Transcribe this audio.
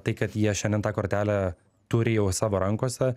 tai kad jie šiandien tą kortelę turi jau savo rankose